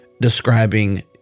describing